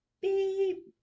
Beep